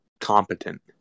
competent